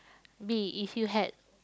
B if you had